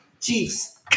Chiefs